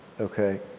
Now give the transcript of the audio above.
okay